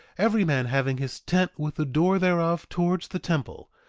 every man having his tent with the door thereof towards the temple,